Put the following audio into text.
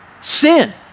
sin